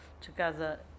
together